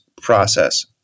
process